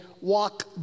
walk